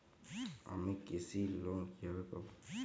আমি কৃষি লোন কিভাবে পাবো?